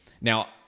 Now